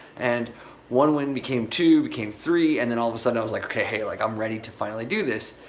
and one win became two, became three, and then, all of a sudden, i was like, okay, like i'm ready to finally do this.